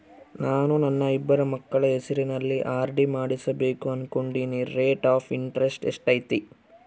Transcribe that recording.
ನಾನು ನನ್ನ ಇಬ್ಬರು ಮಕ್ಕಳ ಹೆಸರಲ್ಲಿ ಆರ್.ಡಿ ಮಾಡಿಸಬೇಕು ಅನುಕೊಂಡಿನಿ ರೇಟ್ ಆಫ್ ಇಂಟರೆಸ್ಟ್ ಎಷ್ಟೈತಿ?